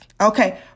Okay